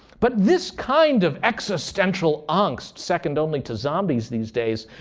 but this kind of existential angst, second only to zombies these days,